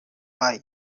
pie